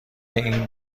این